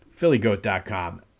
PhillyGoat.com